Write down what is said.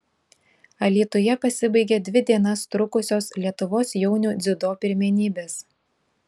alytuje pasibaigė dvi dienas trukusios lietuvos jaunių dziudo pirmenybės